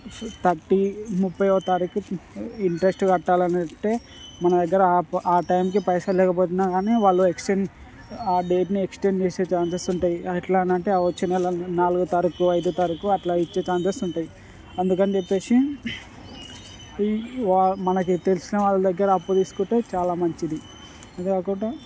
thirty ముప్పయో తారీఖు interest కట్టాలంటే మన దగ్గర ఆ ఆ టైంకి పైసలు లేకపోతున్న కానీ వాళ్ళు ఎక్స్టెండ్ ఆ డేట్ని ఎక్స్టెండ్ చేసే ఛాన్సెస్ ఉంటాయి ఎలా అని అంటే ఆ వచ్చే నెల నాలుగో తారీఖు ఐదో తారీఖు అట్లా ఇచ్చే ఛాన్సెస్ ఉంటాయి అందుకని చెప్పేసి ఈ వా మనకి తెలిసిన వాళ్ళ దగ్గర అప్పు తీసుకుంటే చాలా మంచిది అంతే కాకుంటే